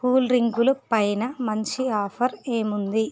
cool డ్రింకులు పైన మంచి ఆఫర్ ఏముంది